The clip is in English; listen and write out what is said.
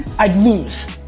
i'd lose.